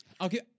Okay